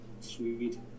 Sweet